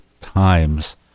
times